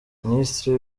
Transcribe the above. minisitiri